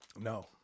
No